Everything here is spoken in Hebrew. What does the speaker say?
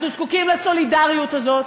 אנחנו זקוקים לסולידריות הזאת,